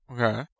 Okay